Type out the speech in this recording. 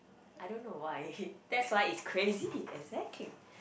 I don't know why that's why it's crazy exactly